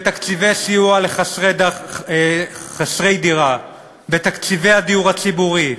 בתקציבי סיוע לחסרי דירה, בתקציבי הדיור הציבורי,